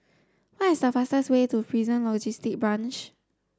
what is the fastest way to Prison Logistic Branch